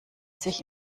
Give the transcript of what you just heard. sich